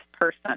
person